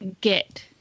get